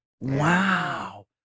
Wow